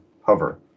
Hover